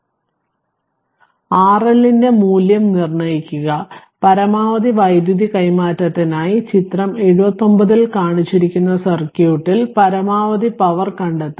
RL ന്റെ മൂല്യം നിർണ്ണയിക്കുക പരമാവധി വൈദ്യുതി കൈമാറ്റത്തിനായി ചിത്രം 79 ൽ കാണിച്ചിരിക്കുന്ന സർക്യൂട്ടിൽ പരമാവധി പവർ കണ്ടെത്തുക